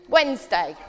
Wednesday